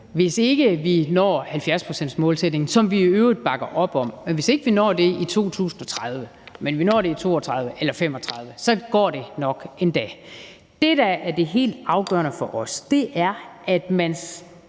Hvis ikke vi når 70-procentsmålsætningen, som vi i øvrigt bakker op om, i 2030, men når det i 2032 eller 2035, går det nok endda. Det, der er det helt afgørende for os, er, at man